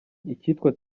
icyitwa